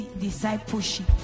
discipleship